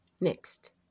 Next